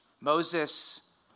Moses